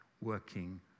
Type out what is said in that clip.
working